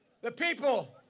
the people.